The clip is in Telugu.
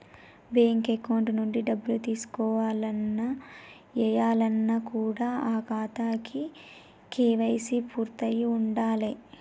బ్యేంకు అకౌంట్ నుంచి డబ్బులు తీసుకోవాలన్న, ఏయాలన్న కూడా ఆ ఖాతాకి కేవైసీ పూర్తయ్యి ఉండాలే